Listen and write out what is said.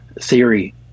theory